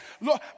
Lord